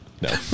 No